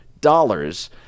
dollars